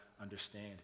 understand